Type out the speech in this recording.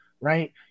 right